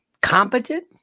competent